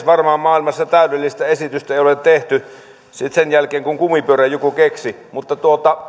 varmaan maailmassa täydellistä esitystä ei ole tehty sen jälkeen kun kumipyörän joku keksi mutta